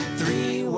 three